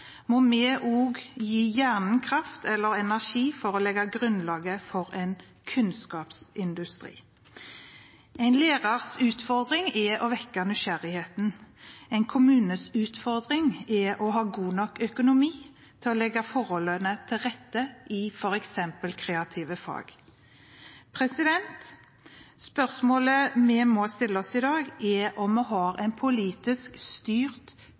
må vi også gi hjernen kraft – eller energi – for å legge grunnlaget for en kunnskapsindustri. En lærers utfordring er å vekke nysgjerrigheten. En kommunes utfordring er å ha god nok økonomi til å legge forholdene til rette i f.eks. kreative fag. Spørsmålet vi må stille oss i dag, er om vi har et politisk styrt